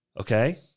Okay